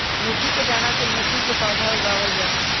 मेथी के दाना से मेथी के पौधा उगावल जाहई